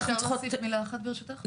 אם אפשר להוסיף מילה אחת ברשותך,